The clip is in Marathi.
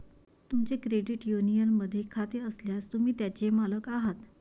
तुमचे क्रेडिट युनियनमध्ये खाते असल्यास, तुम्ही त्याचे मालक आहात